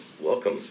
welcome